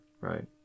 right